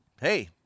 Hey